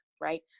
right